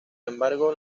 embargo